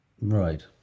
Right